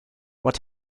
what